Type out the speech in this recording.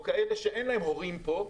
או כאלה שאין להם הורים פה,